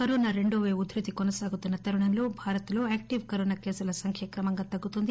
corona రెండో wave ఉద్యతి కొనసాగుతున్న తరుణంలో భారత్ లో యాక్లిప్ కరోనా కేసుల సంఖ్య క్రమంగా తగ్గుతోంది